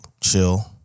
chill